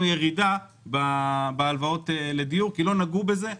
ירידה בהלוואות לדיור כי לא נגעו בזה,